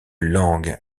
langues